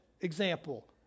example